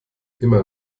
immer